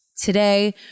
Today